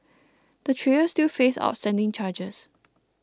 the trio still face outstanding charges